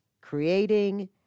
creating